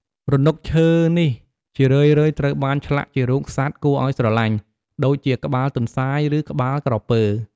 រនុកឈើនេះជារឿយៗត្រូវបានឆ្លាក់ជារូបសត្វគួរឲ្យស្រឡាញ់ ដូចជាក្បាលទន្សាយ ឬក្បាលក្រពើ។